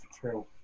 true